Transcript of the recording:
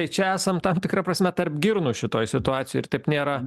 tai čia esam tam tikra prasme tarp girnų šitoj situacijoj ir taip nėra